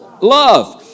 love